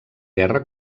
guerra